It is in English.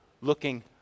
looking